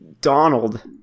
Donald